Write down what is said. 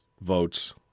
votes